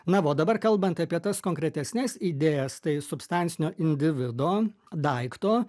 na o dabar kalbant apie tas konkretesnes idėjas tai substancinio individo daikto